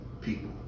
People